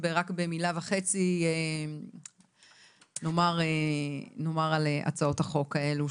רק נאמר על הצעות החוק האלה,